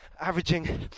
averaging